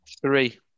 Three